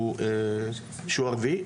שהוא הרביעי.